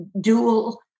dual